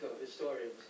historians